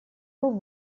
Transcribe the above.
был